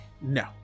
No